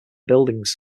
buildings